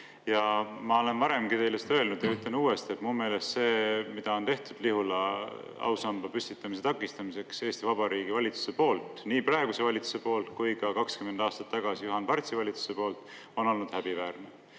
Ma olen varemgi teile seda öelnud ja ütlen uuesti, et mu meelest see, mida on tehtud Lihula ausamba püstitamise takistamiseks Eesti Vabariigi valitsuse poolt, nii praeguse valitsuse kui ka 20 aastat tagasi Juhan Partsi valitsuse poolt, on olnud häbiväärne.